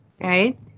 right